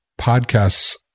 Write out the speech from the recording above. podcasts